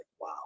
wow